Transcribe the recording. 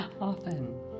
often